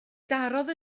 darodd